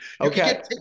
Okay